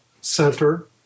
center